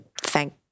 Thank